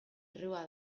errua